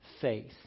faith